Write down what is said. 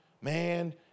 man